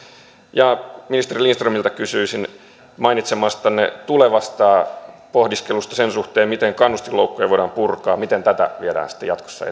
ministeri lindströmiltä kysyisin mainitsemastanne tulevasta pohdiskelusta sen suhteen miten kannustinloukkuja voidaan purkaa miten tätä viedään sitten jatkossa